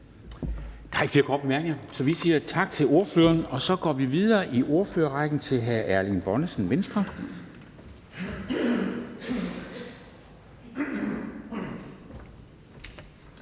tak til ordføreren. Så går vi videre i ordførerrækken til hr. Erling Bonnesen, Venstre.